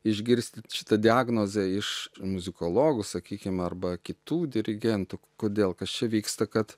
išgirsti šitą diagnozę iš muzikologų sakykim arba kitų dirigentų kodėl kas čia vyksta kad